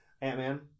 Ant-Man